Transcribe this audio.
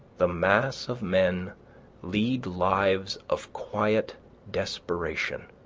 the mass of men lead lives of quiet desperation.